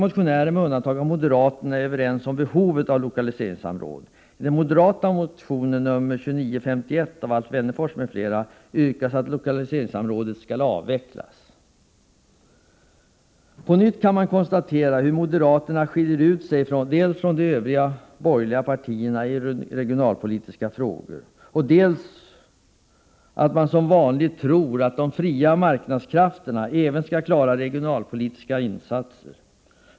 På nytt kan vi konstatera hur moderaterna dels skiljer sig ut från de övriga borgerliga partierna i regionalpolitiska frågor, dels som vanligt tror att de fria marknadskrafterna även skall klara av regionalpolitiska insatser.